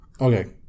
Okay